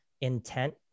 intent